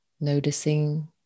noticing